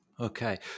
Okay